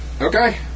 Okay